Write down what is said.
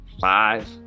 five